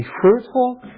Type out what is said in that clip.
fruitful